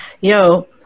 Yo